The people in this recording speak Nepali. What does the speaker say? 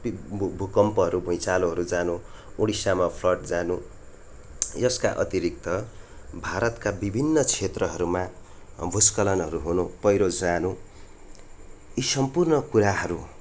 पिक भु भुकम्पहरू भुइँचालोहरू जानु उडिसामा फ्लड जानु यसका अतिरिक्त भारतका बिभिन्न क्षेत्रहरूमा भूस्खलनहरू हुनु पहिरो जानु यी सम्पूर्ण कुराहरू